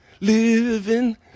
Living